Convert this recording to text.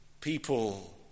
People